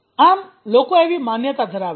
આમ લોકો આવી માન્યતા ધરાવે છે